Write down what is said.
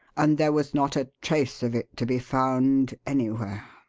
and there was not a trace of it to be found anywhere.